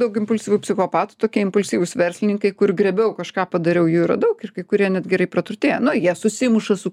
daug impulsyvių psichopatų tokie impulsyvūs verslininkai kur griebiau kažką padariau jų yra daug ir kai kurie net gerai praturtėja nu jie susimuša su